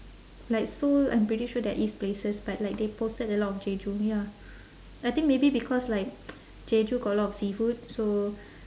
like seoul I'm pretty sure there is places but like they posted a lot of jeju ya I think maybe because like jeju got a lot of seafood so